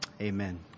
Amen